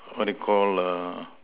what you Call err